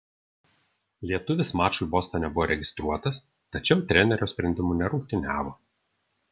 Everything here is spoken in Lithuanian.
lietuvis mačui bostone buvo registruotas tačiau trenerio sprendimu nerungtyniavo